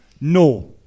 No